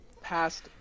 past